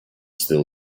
still